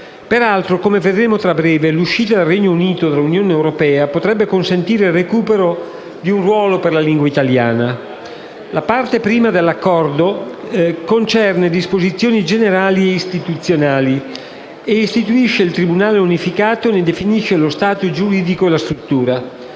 Peraltro, come vedremo tra breve, l'uscita del Regno Unito dall'Unione europea potrebbe consentire il recupero di un ruolo per la lingua italiana. La parte prima dell'Accordo concerne disposizioni generali e istituzionali, istituisce il tribunale unificato e ne definisce lo *status* giuridico e la struttura.